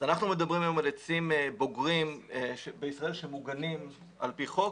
אנחנו מדברים היום על עצים בוגרים בישראל שמוגנים על פי חוק,